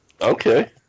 Okay